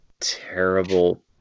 terrible